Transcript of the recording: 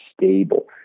stable